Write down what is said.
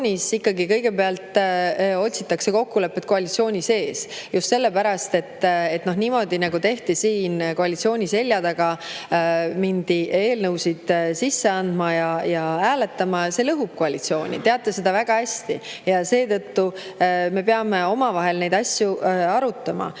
ikkagi kõigepealt otsitakse kokkulepet koalitsiooni sees, ja just sellepärast, et niimoodi, nagu tehti siin – koalitsiooni selja taga mindi eelnõusid sisse andma ja hääletama –, see lõhub koalitsiooni. Te teate seda väga hästi. Seetõttu me peame omavahel neid asju arutama.